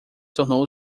tornou